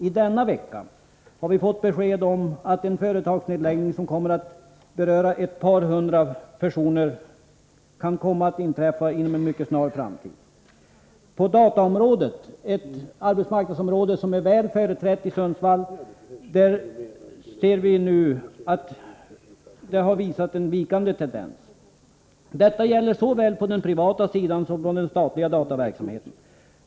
I denna vecka har vi fått besked om att en företagsnedläggning, som berör ett par hundra personer, kan komma att inträffa inom en mycket snar framtid. På dataområdet, ett arbetsmarknadsområde som är väl företrätt i Sundsvall, ser vi nu en vikande tendens. Detta gäller såväl på den privata sidan som inom den statliga dataverksamheten.